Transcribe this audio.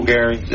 Gary